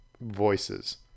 voices